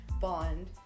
bond